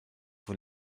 vous